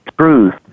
truth